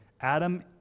Adam